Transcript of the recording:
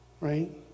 right